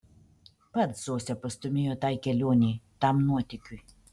pats zosę pastūmėjo tai kelionei tam nuotykiui